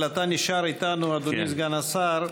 אבל אתה נשאר איתנו, אדוני סגן השר.